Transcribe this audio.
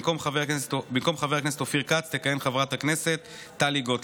במקום חבר הכנסת אופיר כץ תכהן חברת הכנסת טלי גוטליב,